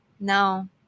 No